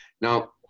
now